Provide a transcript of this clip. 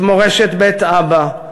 את מורשת בית אבא,